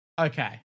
Okay